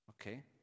Okay